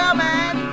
man